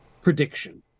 prediction